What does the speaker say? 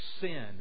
sin